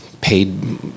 paid